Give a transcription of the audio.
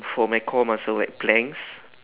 for my core muscle like planks